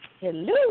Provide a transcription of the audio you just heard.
Hello